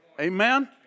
Amen